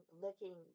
looking